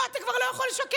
פה אתה כבר לא יכול לשקר.